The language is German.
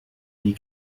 die